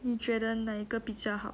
你觉得哪个比较好